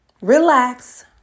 Relax